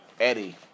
Eddie